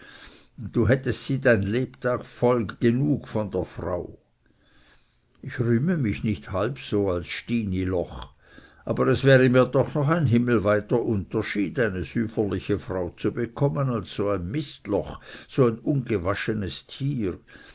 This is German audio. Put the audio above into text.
du hättest sie dein lebtag voll genug von der frau ich rühme mich nicht halb so als das stinkloch aber es wäre mir doch noch ein himmelweiter unterschied eine süferliche frau zu bekommen als so ein mistloch so ein ungewaschenes tier